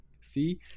See